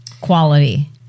quality